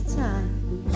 time